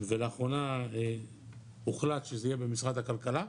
ולאחרונה הוחלט שזה יהיה במשרד הכלכלה,